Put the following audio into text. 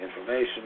information